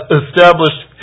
established